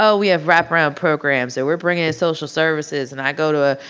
so we have wraparound programs or we're bringing in social services. and i go to a